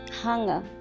hunger